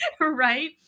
Right